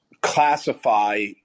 classify